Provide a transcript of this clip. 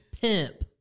pimp